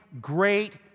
Great